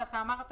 אמרת